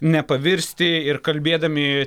nepavirsti ir kalbėdami